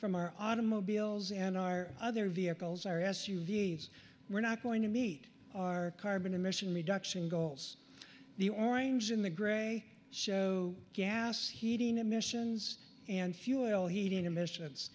from our automobiles and our other vehicles our s u v s we're not going to meet our carbon emission reduction goals the orange in the grey show gas heating emissions and fuel heating investments